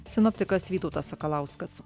sinoptikas vytautas sakalauskas